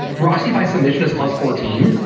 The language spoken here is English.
roxy by submission is plus fourteen.